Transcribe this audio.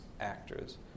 actors